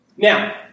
Now